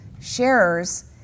sharers